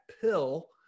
pill